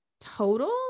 total